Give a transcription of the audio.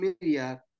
media